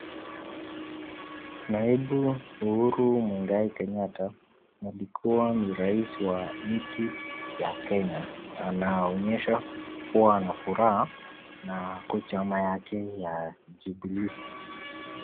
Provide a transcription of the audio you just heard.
Naibu Uhuru Muigai Kenyatta alikuwa ni rais wa nchi ya kenya anaonyeshwa kuwa ana furaha na huku chama yake ya jubilee.